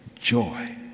joy